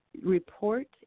report